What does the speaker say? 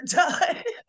done